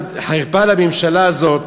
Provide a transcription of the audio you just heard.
חרפה לממשלה הזאת